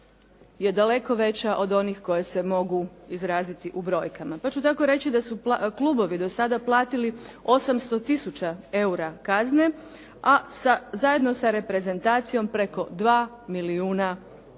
je daleko veća od onih koje se mogu izraziti u brojkama, pa ću tako reći da su klubovi do sada platili 800000 eura kazne, a zajedno sa reprezentacijom preko 2 milijuna eura.